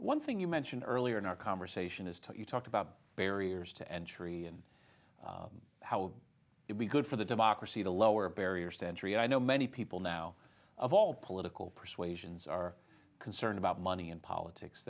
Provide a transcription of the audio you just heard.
one thing you mentioned earlier in our conversation is to you talked about barriers to entry and how it be good for the democracy to lower barriers to entry i know many people now of all political persuasions are concerned about money and politics